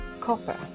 copper